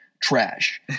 Trash